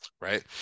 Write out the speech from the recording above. right